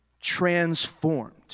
transformed